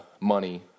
money